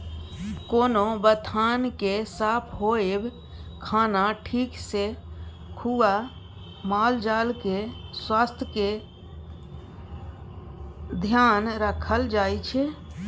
कोनो बथान केर साफ होएब, खाना ठीक सँ खुआ मालजालक स्वास्थ्यक धेआन राखल जाइ छै